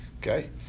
okay